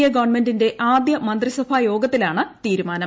A ഗവൺമെന്റിന്റെ ആദ്യമന്ത്രിസഭാ യോഗത്തിലാണ് തീരുമാനം